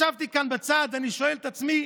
ישבתי כאן בצד, אני שואל את עצמי: